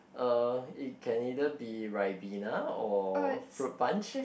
uh it can either be Ribena or fruit punch